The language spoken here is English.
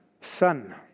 Son